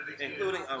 including